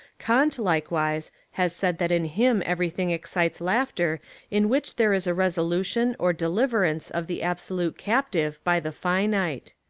kant, likewise, has said that in him everything excites laughter in which there is a resolution or deliverance of the absolute captive by the finite.